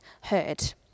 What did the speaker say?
heard